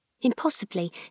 Impossibly